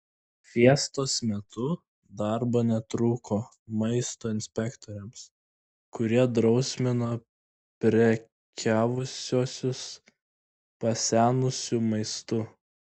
fiestos metu darbo netrūko maisto inspektoriams kurie drausmino prekiavusiuosius pasenusiu maistu